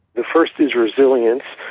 the first is resilience,